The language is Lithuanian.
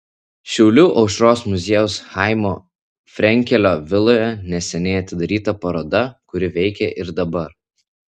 šiaulių aušros muziejaus chaimo frenkelio viloje neseniai atidaryta paroda kuri veikia ir dabar